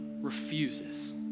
refuses